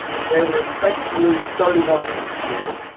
they were expected to lose thirty one cents a share